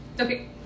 Okay